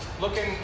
looking